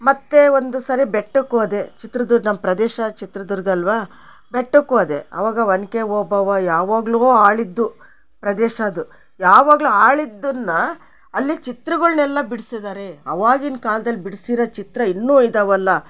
ಮತ್ತೆ ಒಂದು ಸರಿ ಬೆಟ್ಟಕ್ಕೆ ಹೋದೆ ಚಿತ್ರದುರ್ ನಮ್ಮ ಪ್ರದೇಶ ಚಿತ್ರದುರ್ಗ ಅಲ್ಲವಾ ಬೆಟ್ಟಕ್ಕೆ ಓದೆ ಅವಾಗ ಒನಕೆ ಓಬವ್ವ ಯಾವಾಗಲೋ ಆಳಿದ್ದು ಪ್ರದೇಶ ಅದು ಯಾವಾಗಲೂ ಆಳಿದ್ದುನ್ನ ಅಲ್ಲಿ ಚಿತ್ರಗುಳ್ನೆಲ್ಲ ಬಿಡ್ಸಿದಾರೆ ಅವವಾಗಿನ ಕಾಲ್ದಲ್ಲಿ ಬಿಡ್ಸಿರೋ ಚಿತ್ರ ಇನ್ನೂ ಇದಾವಲ್ಲ